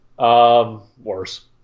worse